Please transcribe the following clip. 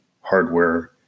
hardware